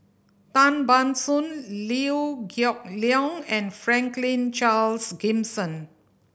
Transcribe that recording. Tan Ban Soon Liew Geok Leong and Franklin Charles Gimson